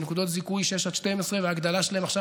בנקודות זיכוי לשש עד 12 ובהגדלה שלהן עכשיו